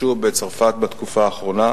אז שלא יספרו לאף אזרח במדינת ישראל